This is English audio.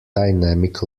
dynamic